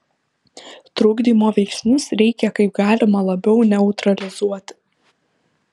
trukdymo veiksnius reikia kaip galima labiau neutralizuoti